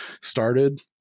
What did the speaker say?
started